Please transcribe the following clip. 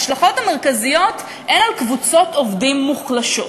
ההשלכות המרכזיות הן על קבוצות עובדים מוחלשות,